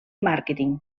màrqueting